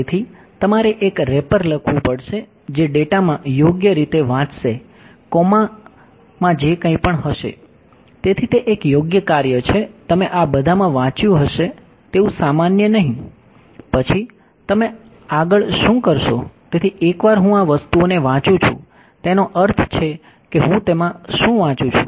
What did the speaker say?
તેથી તમારે એક રેપર લખવું પડશે જે ડેટામાં યોગ્ય રીતે વાંચશે કોમા છું તેનો અર્થ છે કે હું તેમાં શું વાંચું છું